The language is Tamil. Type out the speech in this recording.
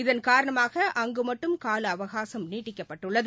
இதன் காரணமாக அங்கு மட்டும் கால அவகாசம் நீட்டிக்கப்பட்டுள்ளது